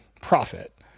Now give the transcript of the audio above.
profit